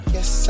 Yes